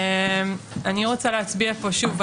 אני רוצה להצביע פה שוב,